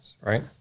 right